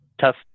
tough